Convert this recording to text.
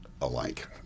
alike